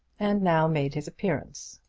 and now made his appearance.